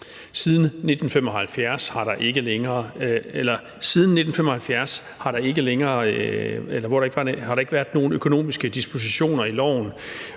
Siden 1975 har der ikke været nogen økonomiske dispositioner i loven,